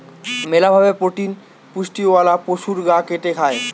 মেলা ভাবে প্রোটিন পুষ্টিওয়ালা পশুর গা কেটে খায়